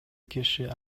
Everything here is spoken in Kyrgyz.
киши